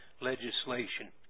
legislation